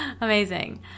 Amazing